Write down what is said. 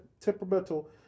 temperamental